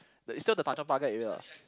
the it's still the Tanjong-Pagar area